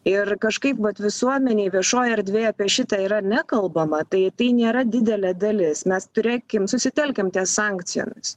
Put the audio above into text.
ir kažkaip vat visuomenėj viešoj erdvėj apie šitą yra nekalbama tai tai nėra didelė dalis mes turėkim susitelkiam ties sankcijomis